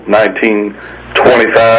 1925